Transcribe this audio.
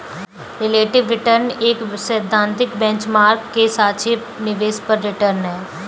relative return एक सैद्धांतिक benchmark के सापेक्ष निवेश पर रिटर्न है